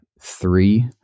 three